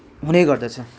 हुने गर्दछ